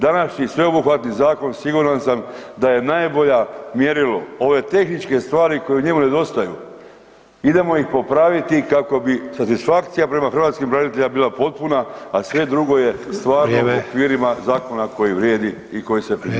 Današnji sveobuhvatni zakon siguran sam da je najbolje mjerilo, ove tehničke stvari koje u njemu nedostaju idemo ih popraviti kako bi satisfakcija prema hrvatskim braniteljima bila potpuna, a sve drugo je stvarno u okvirima zakona koje vrijede i koji se primjenjuju.